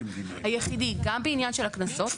גם בעניין של הקנסות,